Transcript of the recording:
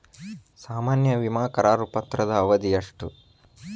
ಸಾಮಾನ್ಯ ವಿಮಾ ಕರಾರು ಪತ್ರದ ಅವಧಿ ಎಷ್ಟ?